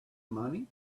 money